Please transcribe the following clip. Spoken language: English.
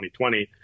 2020